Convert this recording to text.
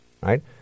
Right